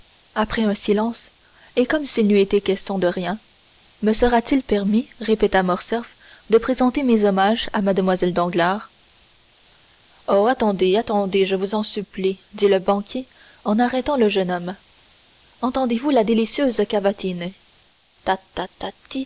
après un silence et comme s'il n'eût été question de rien me sera-t-il permis répéta morcerf de présenter mes hommages à mlle danglars oh attendez attendez je vous en supplie dit le banquier en arrêtant le jeune homme entendez-vous la délicieuse cavatine